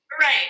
Right